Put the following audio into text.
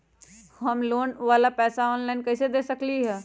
हम लोन वाला पैसा ऑनलाइन कईसे दे सकेलि ह?